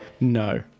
No